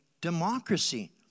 democracy